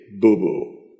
boo-boo